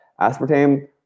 Aspartame